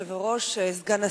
כבוד היושב-ראש, סגן השר,